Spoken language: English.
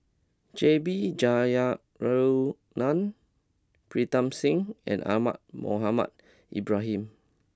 J B Jeyaretnam Pritam Singh and Ahmad Mohamed Ibrahim